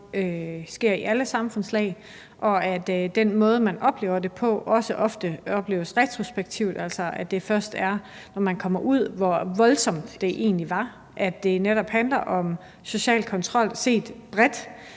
sker i alle samfundslag, og at den måde, man oplever det på, også ofte sker retrospektivt – altså at det først er, når man kommer ud af det, at man oplever, hvor voldsomt det egentlig var. Det handler netop om social kontrol bredt